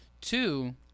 Two